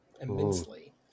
immensely